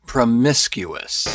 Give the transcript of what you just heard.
Promiscuous